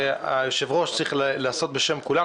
שהיושב ראש צריך לעשות את זה בשם כולם,